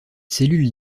cellule